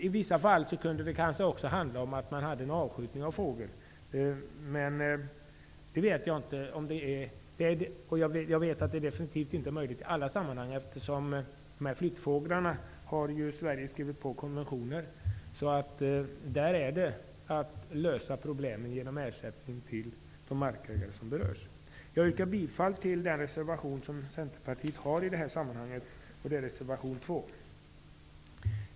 I vissa fall skulle man kanske också kunna skjuta fåglar, men jag vet att det definitivt inte är möjligt i alla sammanhang, eftersom Sverige har skrivit på konventioner mot att skjuta flyttfåglar. Problemen kan lösas genom att man ersätter de markägare som berörs. Jag yrkar bifall till Centerpartiets reservation 2.